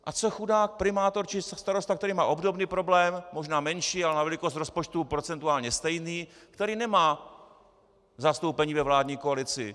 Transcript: A co chudák primátor či starosta, který má obdobný problém, možná menší, ale na velikost rozpočtu procentuálně stejný, který nemá zastoupení ve vládní koalici?